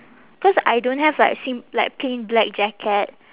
cause I don't have like sim~ like plain black jacket